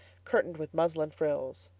curtained with muslin frills.